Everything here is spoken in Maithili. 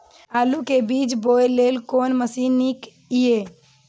आलु के बीज बोय लेल कोन मशीन नीक ईय?